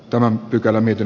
tämä pykälä miten